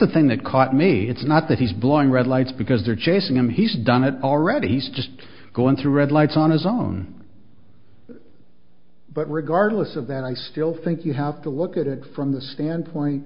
the thing that caught me it's not that he's blowing red lights because they're chasing him he's done it already he's just going through red lights on his own but regardless of that i still think you have to look at it from the standpoint